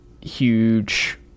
huge